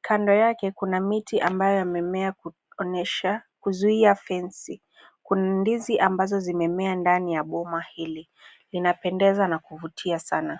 Kando yake kuna miti ambayo yamemea kuonyesha kuzuia fensi. Kuna ndizi ambazo zimemea ndani ya boma hili. Linapendeza na kuvutia sana.